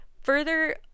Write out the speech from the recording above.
further